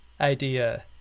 idea